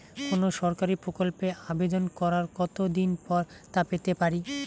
কোনো সরকারি প্রকল্পের আবেদন করার কত দিন পর তা পেতে পারি?